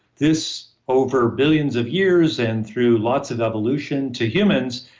this, over billions of years and through lots of evolution to humans,